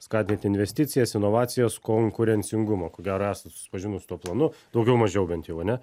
skatint investicijas inovacijas konkurencingumą ko gero esat susipažinus su tuo planu daugiau mažiau bent jau ane